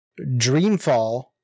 Dreamfall